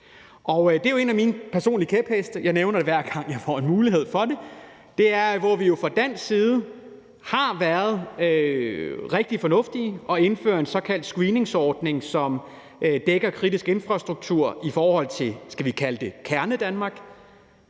Det er jo en af mine personlige kæpheste, og hver gang jeg får mulighed for det, nævner jeg det, nemlig at hvor vi jo fra dansk side har været rigtig fornuftige med at indføre en såkaldt screeningsordning, som dækker kritisk infrastruktur i forhold til, skal vi kalde det Kernedanmark,